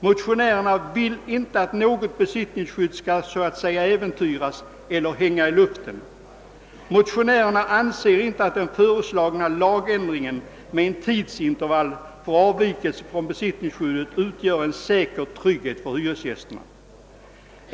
Motionärerna vill inte att något besittningsskydd skall komma att äventyras eller »hänga i luften». Motionärerna anser inte att den föreslagna lagändringen med ett tidsintervall för avvikelser från besittningsskyddet utgör en tillräcklig trygghet för hyresgästerna.